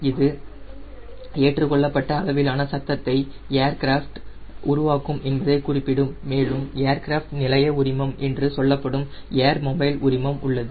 இது ஏற்றுக் கொள்ளப்பட்ட அளவிலான சத்தத்தை ஏர்கிராஃப்ட் உருவாக்கும் என்பதை குறிப்பிடும் மேலும் ஏர்கிராஃப்ட் நிலைய உரிமம் என்று சொல்லப்படும் ஏர் மொபைல் உரிமம் உள்ளது